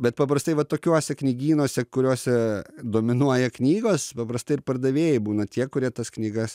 bet paprastai vat tokiuose knygynuose kuriuose dominuoja knygos paprastai ir pardavėjai būna tie kurie tas knygas